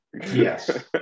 Yes